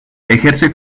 ejerce